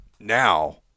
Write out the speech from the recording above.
Now